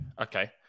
okay